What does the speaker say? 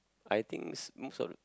I think s~ most of the